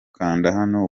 hano